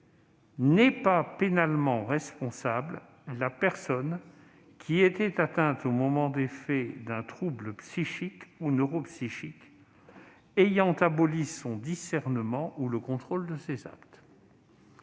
« N'est pas pénalement responsable la personne qui était atteinte, au moment des faits, d'un trouble psychique ou neuropsychique ayant aboli son discernement ou le contrôle de ses actes. »